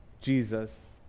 Jesus